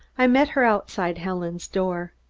i met her outside helen's door.